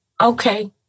Okay